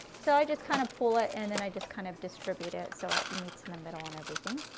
so i just kind of pull it and then i just kind of distribute it, so it meets in the middle and everything.